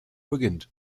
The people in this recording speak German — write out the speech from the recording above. beginnt